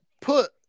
put